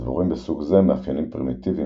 לדבורים בסוג זה מאפיינים פרימיטיביים